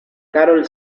carol